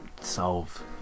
solve